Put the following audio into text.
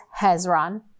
Hezron